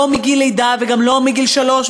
לא מגיל לידה וגם לא מגיל שלוש,